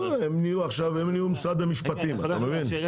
לא, הם נהיו עכשיו משרד המשפטים, אתה מבין?